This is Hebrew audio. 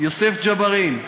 יוסף ג'בארין,